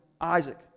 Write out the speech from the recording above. Isaac